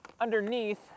underneath